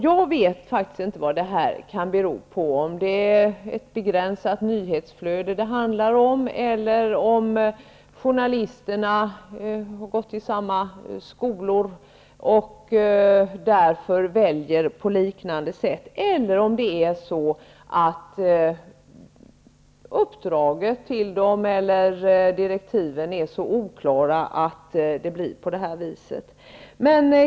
Jag vet faktiskt inte vad detta kan bero på, om det handlar om ett begränsat nyhetsflöde, om journalisterna har gått i samma skolor och därför väljer på liknande sätt eller om direktiven är så oklara att det blir på det här viset.